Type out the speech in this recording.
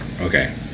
Okay